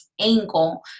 angle